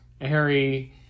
Harry